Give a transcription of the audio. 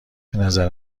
بنظر